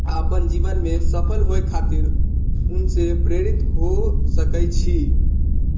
आओर अपन जीवनमे सफल होइ खातिर उनसे प्रेरित होइ सकै छी